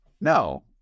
No